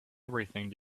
everything